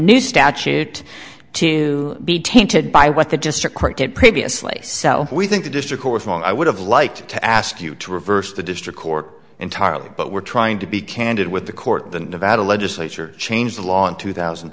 new statute to be tainted by what the district court did previously so we think the district court on i would have liked to ask you to reverse the district court entirely but we're trying to be candid with the court the nevada legislature changed the law in two thousand